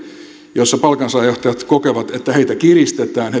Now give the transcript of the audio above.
joissa palkansaajajohtajat kokevat että heitä kiristetään ja